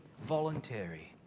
voluntary